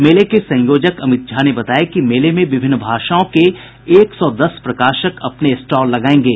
मेले के संयोजक अमित झा ने बताया कि मेले में विभिन्न भाषाओं के एक सौ दस प्रकाशक अपने स्टॉल लगायेंगे